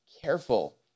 careful